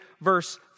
verse